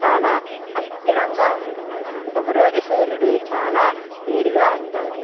చాలా అస్థిరంగా ఉంటుంది ఒకరోజు సూర్యుడు చాలా వేడిగా ఉంటాడు